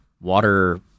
water